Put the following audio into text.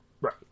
Right